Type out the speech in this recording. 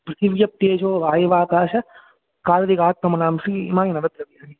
पृथिव्यप्तेजो वाय्वाकाशकालदिगात्ममनांसि इमानि नवद्रव्याणि